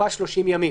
שתוקפה 30 ימים.